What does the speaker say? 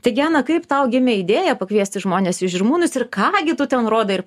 tai gena kaip tau gimė idėja pakviesti žmones į žirmūnus ir ką gi tu ten rodai ir